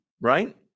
Right